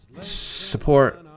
support